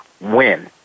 win